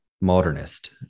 modernist